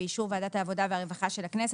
באישור ועדת העבודה והרווחה של הכנסת,